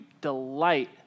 delight